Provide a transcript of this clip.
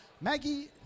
Maggie